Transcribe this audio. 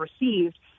received